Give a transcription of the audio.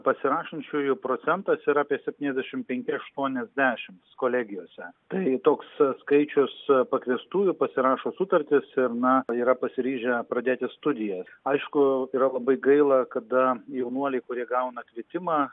pasirašančiųjų procentas yra apie septyniasdešimt penki aštuoniasdešimt kolegijose tai toks tas skaičius pakviestųjų pasirašo sutartis ir na yra pasiryžę pradėti studijas aišku yra labai gaila kada jaunuoliai kurie gauna kvietimą